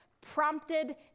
prompted